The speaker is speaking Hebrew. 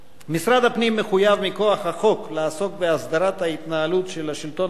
משרד הפנים מחויב מכוח החוק לעסוק בהסדרת ההתנהלות של השלטון המקומי,